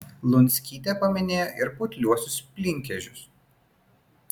lunskytė paminėjo ir putliuosius plynkežius